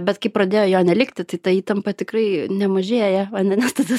bet kai pradėjo jo nelikti tai ta įtampa tikrai nemažėja vadinasi tada